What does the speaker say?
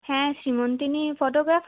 হ্যাঁ সীমন্তিনী ফটোগ্রাফার